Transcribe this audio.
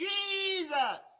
Jesus